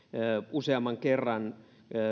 useamman kerran